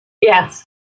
Yes